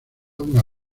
una